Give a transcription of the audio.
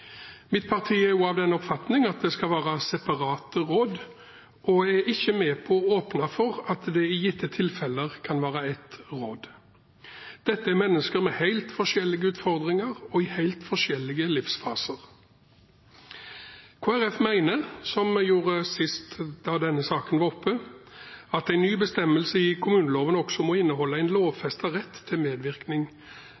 Mitt parti er også av den oppfatning at det skal være separate råd og er ikke med på å åpne for at det i gitte tilfeller kan være ett råd. Dette er mennesker med helt forskjellige utfordringer og i helt forskjellige livsfaser. Kristelig Folkeparti mener, som vi gjorde sist da denne saken var oppe, at en ny bestemmelse i kommuneloven også må inneholde en